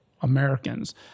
Americans